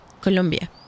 Colombia